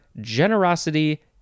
generosity